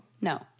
No